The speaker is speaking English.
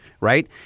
right